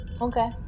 Okay